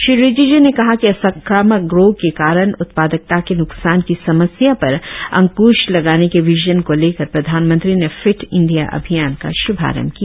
श्री रिजिजू ने कहा कि असंक्रामक रोग के कारण उत्पादकता के न्कसान की समस्या पर अंकृश लगाने के विजन को लेकर प्राधनमंत्री ने फिट इंडिया अभियान का श्भारंभ किया